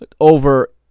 over